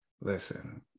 listen